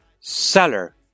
seller